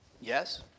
Yes